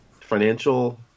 financial